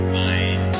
mind